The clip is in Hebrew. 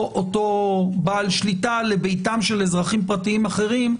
או אותו בעל שליטה לביתם של אזרחים פרטיים אחרים,